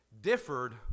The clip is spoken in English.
differed